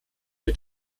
mit